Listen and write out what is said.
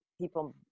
people